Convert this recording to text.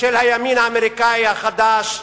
של הימין האמריקני החדש.